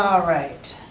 alright,